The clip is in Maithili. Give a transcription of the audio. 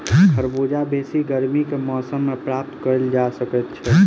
खरबूजा बेसी गर्मी के मौसम मे प्राप्त कयल जा सकैत छै